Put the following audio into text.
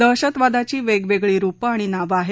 दहशतवादाची वेगवेगळी रुपं आणि नावं आहेत